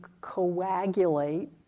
coagulate